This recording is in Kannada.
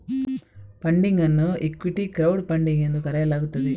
ಫಂಡಿಂಗ್ ಅನ್ನು ಈಕ್ವಿಟಿ ಕ್ರೌಡ್ ಫಂಡಿಂಗ್ ಎಂದು ಕರೆಯಲಾಗುತ್ತದೆ